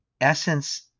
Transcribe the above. Essence